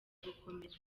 gukomera